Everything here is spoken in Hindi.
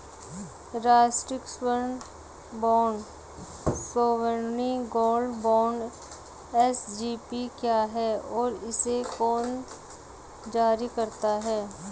राष्ट्रिक स्वर्ण bond sovereign gold bond SGB क्या है और इसे कौन जारी करता है?